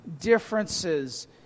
differences